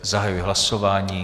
Zahajuji hlasování.